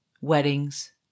weddings